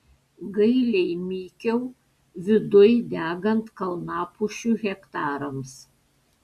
gailiai mykiau viduj degant kalnapušių hektarams